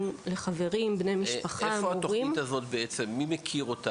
אני רוצה לומר לכם שעד שלא נכנסים לעובי הקורה לא מבינים מה קורה בתחום.